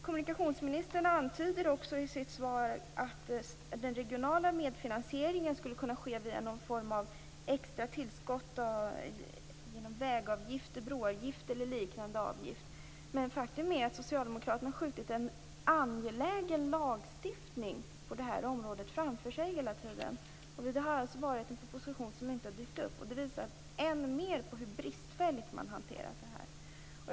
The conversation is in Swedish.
Kommunikationsministern antyder i sitt svar att den regionala medfinansieringen skulle kunna ske i form av extra tillskott av vägavgifter, broavgifter eller liknande. Socialdemokraterna har skjutit en angelägen lagstiftning på området framför sig. Det har varit en proposition som inte har dykt upp. Det visar än mer hur bristfälligt det hela har hanterats.